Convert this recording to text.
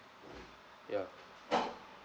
ya